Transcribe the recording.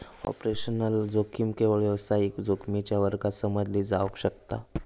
operational जोखीम केवळ व्यावसायिक जोखमीच्या वर्गात समजली जावक शकता